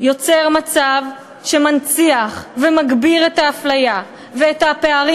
יוצר מצב שמנציח ומגביר את האפליה ואת הפערים